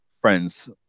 friends